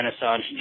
Renaissance